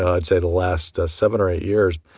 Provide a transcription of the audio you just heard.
i'd say, the last seven or eight years.